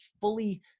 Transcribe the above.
fully